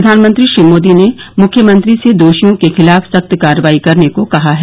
प्रधानमंत्री श्री मोदी ने मुख्यमंत्री से दोषियों के खिलाफ सख्त कार्रवाई करने को कहा है